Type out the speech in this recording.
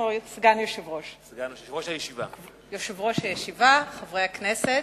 יושב-ראש הישיבה, חברי הכנסת,